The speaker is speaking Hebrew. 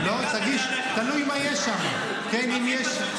הינה, קח את זה עליך.